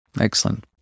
Excellent